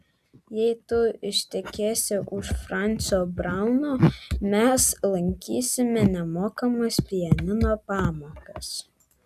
jei tu ištekėsi už francio brauno mes lankysime nemokamas pianino pamokas